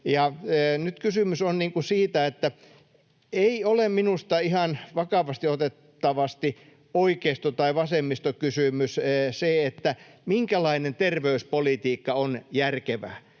Nyt kysymys on siitä, että ei ole minusta ihan vakavasti otettava oikeisto- tai vasemmistokysymys, minkälainen terveyspolitiikka on järkevää.